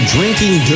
Drinking